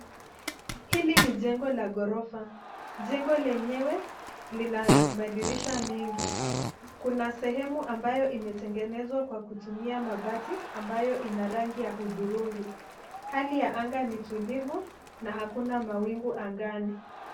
Hili ni jengo la gorofa. Jengo lenyewe lina madirisha mengi. Kuna sehemu ambayo imetengenezwa kwa kutumia mabati ambayo ina rangi ya hudhurungi. Hali ya anga ni tulivu hakuna mawingu angani.